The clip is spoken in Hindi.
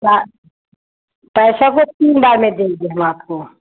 पा पैसा तो तीन बार में देंगे आपको